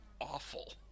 awful